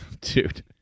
Dude